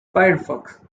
firefox